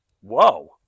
Whoa